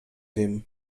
wiem